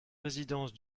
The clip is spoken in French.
résidence